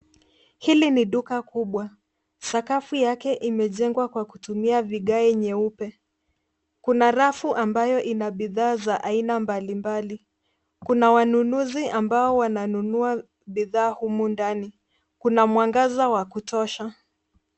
Hili ni duka kubwa, sakafu yake imejengwa kwa kutumia vigae nyeupe, kuna rafu ambayo inabidhaa za aina mbali mbali. Kuna wanunuzi ambao wananunua bidhaa humu ndani, kuna mwangaza wa kutosha.